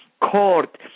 court